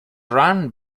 run